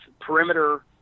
perimeter